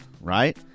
right